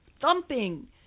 thumping